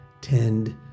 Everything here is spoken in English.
tend